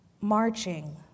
marching